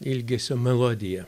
ilgesio melodija